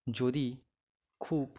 যদি খুব